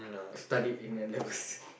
studied in N-levels